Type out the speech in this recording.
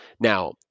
Now